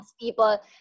People